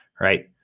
right